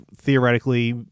theoretically